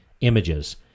images